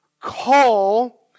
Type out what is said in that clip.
call